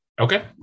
Okay